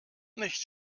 nicht